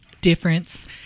difference